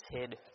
hid